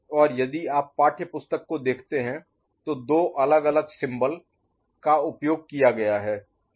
और यदि आप पाठ्यपुस्तक को देखते हैं तो दो अलग अलग सिंबल प्रतीकों का उपयोग किया गया है